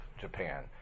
Japan